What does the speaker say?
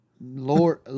Lord